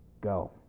Go